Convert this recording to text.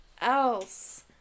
else